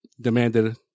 demanded